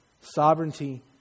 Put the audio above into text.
Sovereignty